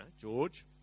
George